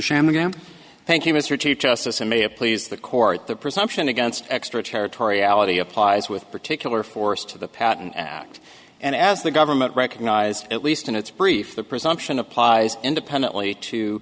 sham again thank you mr chief justice and may have please the court the presumption against extraterritoriality applies with particular force to the patent act and as the government recognized at least in its brief the presumption applies independently to